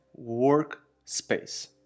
workspace